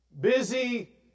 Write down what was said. Busy